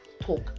talk